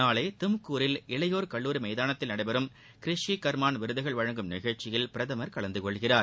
நாளை தம்கூரில் இளையோர் கல்லூரி எமதானத்தில் நடைபெறும் கிரிஷி சர்மான் விருதுகள் வழங்கும் நிகழ்ச்சியில் கலந்துகொள்கிறார்